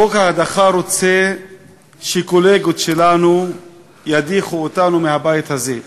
חוק ההדחה רוצה שקולגות שלנו ידיחו אותנו מהבית הזה.